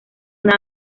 una